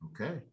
Okay